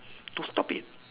to stop it